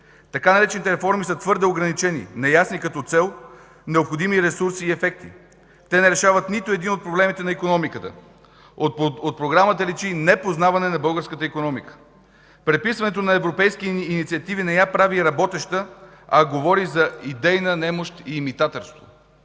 Така наречените „реформи” са твърде ограничени, неясни като цел, необходими ресурси и ефекти. Те не решават нито един от проблемите на икономиката. От програмата личи непознаване на българската икономика. Преписването на европейски инициативи не я прави работеща, а говори за идейна немощ и имитаторство.